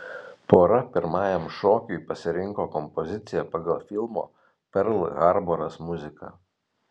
pora pirmajam šokiui pasirinko kompoziciją pagal filmo perl harboras muziką